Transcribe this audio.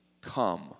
come